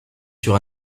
sur